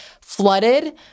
flooded